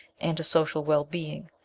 and to social well-being.